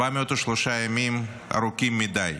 403 ימים ארוכים מדי.